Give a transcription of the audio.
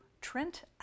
Trent